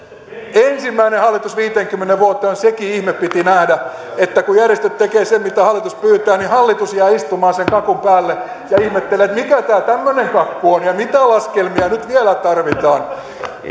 ensimmäinen hallitus viiteenkymmeneen vuoteen ja sekin ihme piti nähdä että kun järjestöt tekevät sen mitä hallitus pyytää niin hallitus jää istumaan sen kakun päälle ja ihmettelee että mikä tämä tämmöinen kakku on ja mitä laskelmia nyt vielä tarvitaan